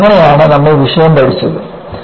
കാരണം അങ്ങനെയാണ് നമ്മൾ വിഷയം പഠിച്ചത്